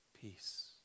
peace